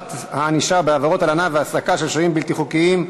הענישה בעבירות הלנה והעסקה של שוהים בלתי חוקיים),